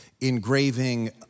engraving